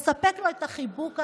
לספק לו את החיבוק הראשון.